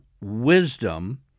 wisdom